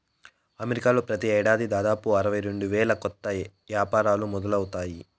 అమెరికాలో ప్రతి ఏడాది దాదాపు అరవై రెండు వేల కొత్త యాపారాలు మొదలవుతాయి